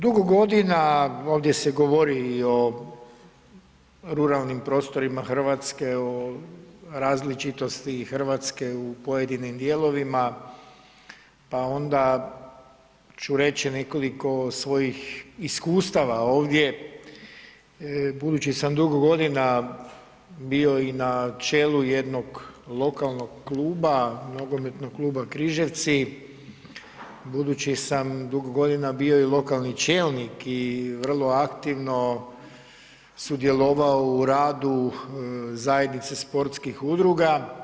Dugo godina ovdje se govori i o ruralnim prostorima Hrvatske, o različitosti Hrvatske u pojedinim dijelovima, pa onda ću reći nekoliko svojih iskustava ovdje budući sam dugo godina bio i na čelu jednog lokalnog kluba, Nogometnog kluba Križevci, budući sam dugo godina bio i lokalni čelnik i vrlo aktivno sudjelovao u radu zajednice sportskih udruga.